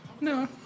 No